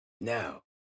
Now